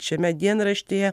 šiame dienraštyje